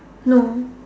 no